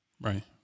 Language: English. Right